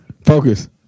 Focus